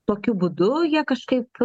tokiu būdu jie kažkaip